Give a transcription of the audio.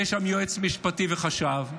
יהיו שם יועץ משפטי וחשב.